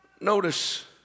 notice